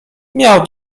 miał